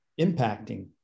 impacting